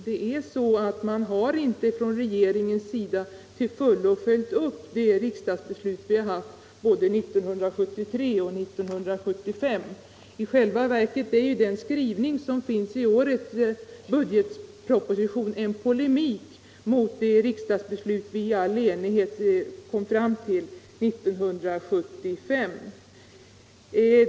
Regeringen har inte till fullo följt upp de riksdagsbestut som fattades 1973 och 1975. I själva verket är ju den skrivning som finns i årets budgetproposition en polemik mot det riksdagsbeslut vi i all enighet kom fram till 1975.